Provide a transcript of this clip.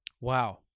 Wow